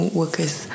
workers